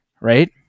Right